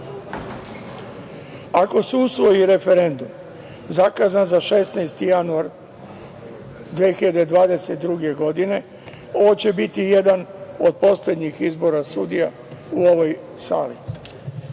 Ako se usvoji referendum zakazan za 16. januar 2022. godine, ovo će biti jedan od poslednjih izbora sudija u ovoj